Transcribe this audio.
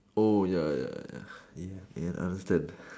oh ya ya ya e~ eh understand